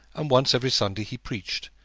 and once every sunday he preached,